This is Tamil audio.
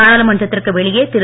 நாடாளுமன்றத்திற்கு வெளியே திரு